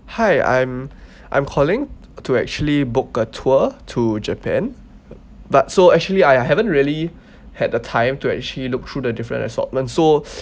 hi I'm I'm calling to actually book a tour to japan but so actually I haven't really had the time to actually look through the different assortment so